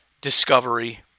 discovery